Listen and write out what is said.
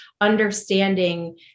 understanding